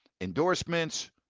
endorsements